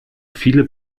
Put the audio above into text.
viele